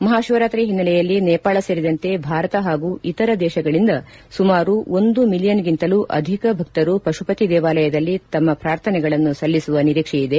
ಮಹಾಶಿವರಾತ್ರಿ ಹಿನ್ನೆಲೆಯಲ್ಲಿ ನೇಪಾಳ ಸೇರಿದಂತೆ ಭಾರತ ಹಾಗೂ ಇತರ ದೇಶಗಳಿಂದು ಸುಮಾರು ಒಂದು ಮಿಲಿಯನ್ಗಿಂತಲೂ ಅಧಿಕ ಭಕ್ತರು ಪಶುಪತಿ ದೇವಾಲಯದಲ್ಲಿ ತಮ್ಮ ಪ್ರಾರ್ಥನೆಗಳನ್ನು ಸಲ್ಲಿಸುವ ನಿರೀಕ್ಷೆಯಿದೆ